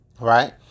Right